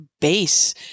base